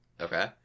Okay